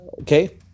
Okay